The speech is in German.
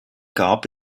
gab